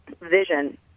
vision